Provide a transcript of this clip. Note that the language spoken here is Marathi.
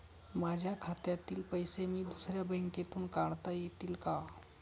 माझ्या खात्यातील पैसे मी दुसऱ्या बँकेतून काढता येतील का?